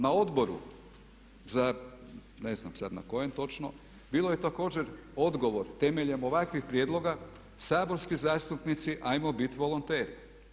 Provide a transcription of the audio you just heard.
Na odboru, ne znam sad na kojem točno, bilo je također odgovor temeljem ovakvih prijedloga saborski zastupnici ajmo biti volonteri.